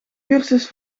cursus